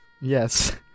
Yes